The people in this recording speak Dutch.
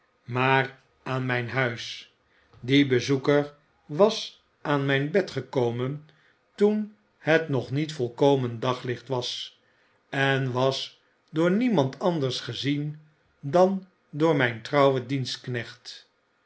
maar aan mijn huis die bezoeker was aan mijn bedgekomen pp geen uitweg meeb toen het nog niet volkomen daglicht was en was door niemand anders gezien dan door myn trouwen dienstknecht